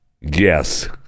Yes